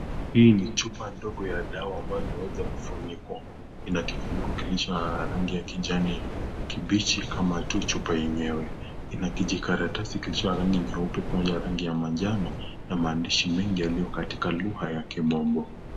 Hii ni chupa ndogo ya dawa ambayo imeweza kufunikwa, ina kifuniko kilicho ya rangi ya kijani kama tu chupa yenyewe, ina kijikaratasi kilicho ya rangi nyeupe moja rangi ya manjano na maandishi mengi yaliyo katika rangi ya kimombo.